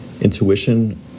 intuition